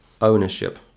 ownership